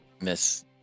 Miss